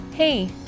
Hey